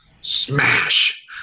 smash